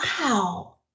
wow